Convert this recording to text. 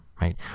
right